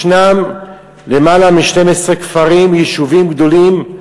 יש יותר מ-12 כפרים, יישובים גדולים,